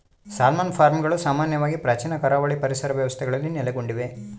salmon ಫಾರ್ಮ್ಗಳು ಸಾಮಾನ್ಯವಾಗಿ ಪ್ರಾಚೀನ ಕರಾವಳಿ ಪರಿಸರ ವ್ಯವಸ್ಥೆಗಳಲ್ಲಿ ನೆಲೆಗೊಂಡಿವೆ